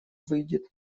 выйдет